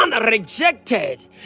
rejected